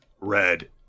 Red